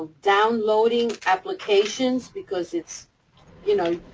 downloading applications because it's you know,